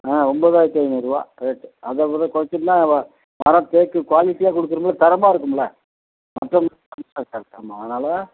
ஆ ஒம்பதாயிரத்தி ஐநூறுரூவா ரேட்டு அதை அப்புறம் கொறைச்சிட்டன்னா அப்புறம் மரம் தேக்கு குவாலிட்டியாக கொடுக்குறோம்ல தரமாக இருக்கும்ல அதனால்